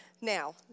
Now